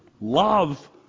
love